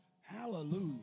Hallelujah